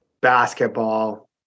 basketball